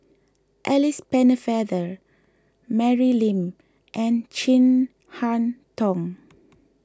Alice Pennefather Mary Lim and Chin Harn Tong